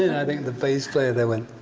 and i think the bass player there went,